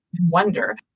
wonder